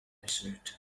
desert